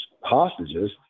hostages